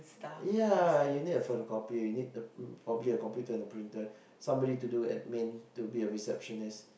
ya you need a photo copy you need a probably a computer and a printer somebody to do admin to be a receptionist